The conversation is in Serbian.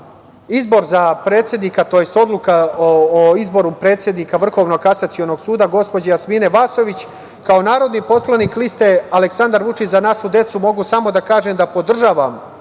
godine. Što se tiče Odluke o izboru predsednika Vrhovnog kasacionog suda, gospođe Jasmine Vasović, kao narodni poslanik liste Aleksandar Vučić – Za našu decu mogu samo da kažem da podržavam